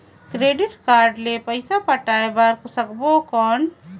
Debit card ले पइसा पटाय बार सकबो कौन?